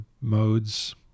modes